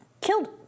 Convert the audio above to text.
killed